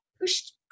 pushed